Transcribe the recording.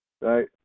right